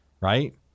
right